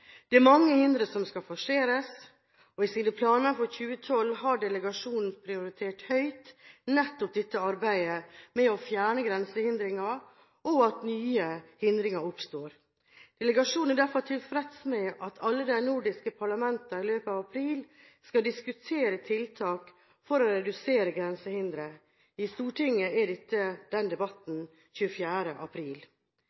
Det er mange hindre som skal forseres. I sine planer for 2012 har delegasjonen prioritert høyt nettopp dette arbeidet med å fjerne grensehindringer og å hindre at nye oppstår. Delegasjonen er derfor tilfreds med at alle de nordiske parlamentene i løpet av april skal diskutere tiltak for å redusere grensehindre. I Stortinget er den debatten